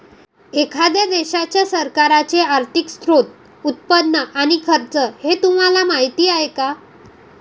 एखाद्या देशाच्या सरकारचे आर्थिक स्त्रोत, उत्पन्न आणि खर्च हे तुम्हाला माहीत आहे का